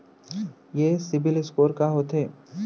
ये सिबील स्कोर का होथे?